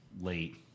late